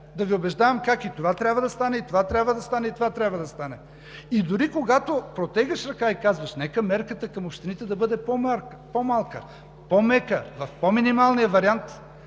да Ви убеждавам как и това трябва да стане, и това трябва да стане, и това трябва да стане. Дори когато протягаш ръка и казваш: нека мярката към общините да бъде по-малка, по-мека, в по-минималния вариант,